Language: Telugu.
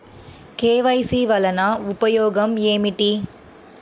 కే.వై.సి వలన ఉపయోగం ఏమిటీ?